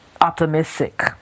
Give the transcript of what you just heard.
optimistic